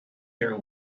there